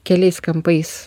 keliais kampais